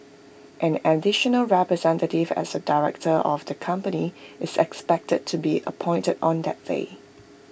an additional representative as A director of the company is expected to be appointed on that day